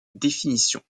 définition